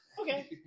Okay